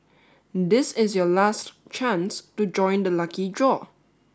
this is your last chance to join the lucky draw